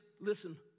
listen